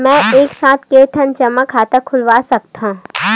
मैं एक साथ के ठन जमा खाता खुलवाय सकथव?